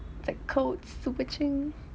it's like code switching